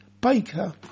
baker